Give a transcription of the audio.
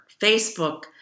Facebook